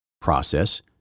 process